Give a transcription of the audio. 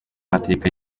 y’amateka